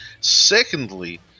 Secondly